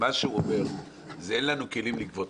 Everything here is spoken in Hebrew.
הוא אומר שאין כלים לגבות.